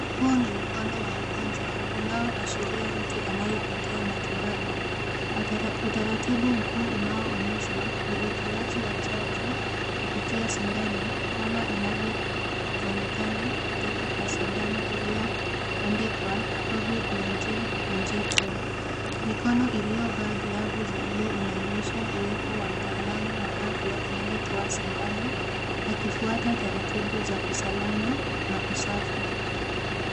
Huu ni mkono wa mgonjwa. Unaoashiria mtu anayepokea matibabu. Utaratibu mkuu unaoonyeshwa ni utoaji wa chacho kupitia sindano kama inavyoonekana kutoka kwa sindano iliyoandikwa COVID-19 injection . Mikono iliyovaa glavu za blue inaoonyesha uwepo wa mtaalamu wa afya anayetoa sindano akifuata taratibu za usalama na usafi.